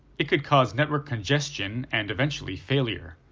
it could causes network congestion, and eventually failure.